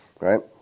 right